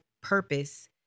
purpose